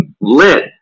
lit